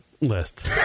list